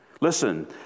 Listen